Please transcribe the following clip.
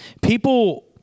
People